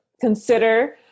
consider